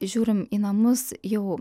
žiūrim į namus jau